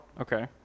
Okay